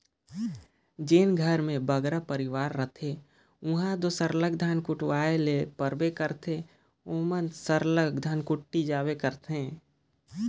जेन घर में बगरा परिवार रहथें उहां दो सरलग धान कुटवाए ले परबे करथे ओमन सरलग धनकुट्टी जाबे करथे